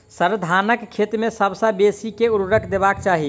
sir, धानक खेत मे सबसँ बेसी केँ ऊर्वरक देबाक चाहि